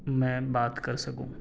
میں بات کر سکوں